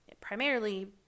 primarily